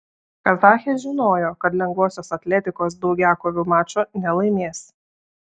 kazachės žinojo kad lengvosios atletikos daugiakovių mačo nelaimės